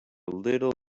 little